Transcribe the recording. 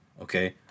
okay